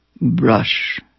brush